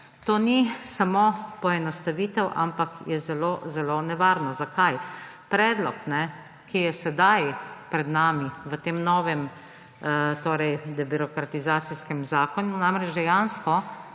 to ni samo poenostavitev, ampak je zelo zelo nevarno. Zakaj? Predlog, ki je sedaj pred nami, v tem novem debirokratizacijskem zakonu, namreč dejansko